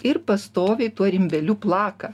ir pastoviai tuo rimbeliu plaka